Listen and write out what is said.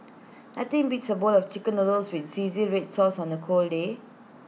nothing beats A bowl of Chicken Noodles with Zingy Red Sauce on A cold day